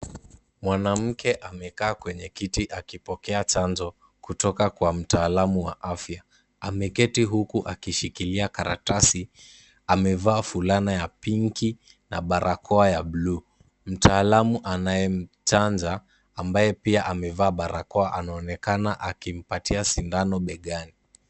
Mwanamke amekaa kwenye kiti akipokea chanjo kutoka kwa mtaalamu wa afya, ameketi huku akishikilia karatasi, amevaa fulana ya pinki na barakoa ya bluu. Mtaalamu anayechanja, ambaye pia amevaa barakoa anaonekana akimpatia sindano begani.